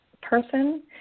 person